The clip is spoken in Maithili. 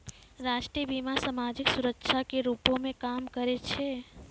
राष्ट्रीय बीमा, समाजिक सुरक्षा के रूपो मे काम करै छै